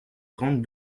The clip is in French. trente